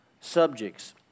subjects